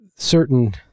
certain